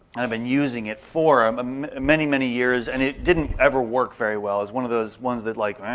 and i'd been using it for um um many, many years. and it didn't ever work very well. it's one of those ones that like